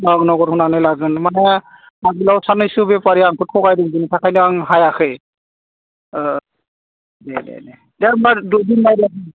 नगद होनानै लानांगोन माने आगोलाव सानैसो बेफारि आंखौ थगायदों बिनि थाखैनो आं हायाखै दे दे दे होमब्ला दोनबाय दे